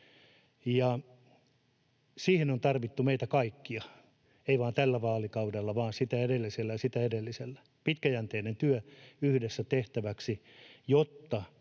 Siihen on tarvittu meitä kaikkia, ei vain tällä vaalikaudella vaan sitä edellisellä ja sitä edellisellä — pitkäjänteinen työ yhdessä tehtäväksi